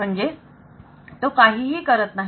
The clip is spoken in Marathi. म्हणजे तो काहीही करत नाही